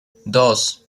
dos